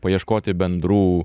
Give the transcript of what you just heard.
paieškoti bendrų